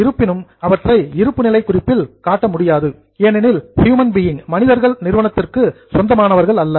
இருப்பினும் அவற்றை இருப்புநிலை குறிப்பில் காட்ட முடியாது ஏனெனில் ஹியூமன் பீயிங் மனிதர்கள் நிறுவனத்திற்கு சொந்தமானவர்கள் அல்ல